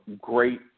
great